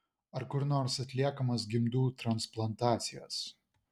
ar kur nors atliekamos gimdų transplantacijos